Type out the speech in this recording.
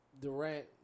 Durant